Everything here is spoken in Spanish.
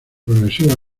progresiva